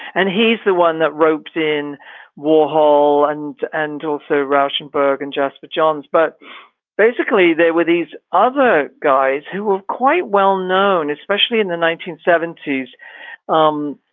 and he's the one that roped in warhol and and also rauschenberg and jasper johns. but basically, there were these other guys who were quite well-known, especially in the nineteen seventy s. um